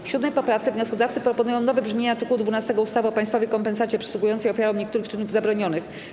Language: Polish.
W 7. poprawce wnioskodawcy proponują nowe brzmienie art. 12 ustawy o państwowej kompensacie przysługującej ofiarom niektórych czynów zabronionych.